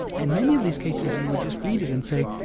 and many of these cases, you would just read it and say,